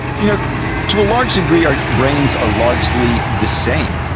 you know to a large degree our brains are largely the same.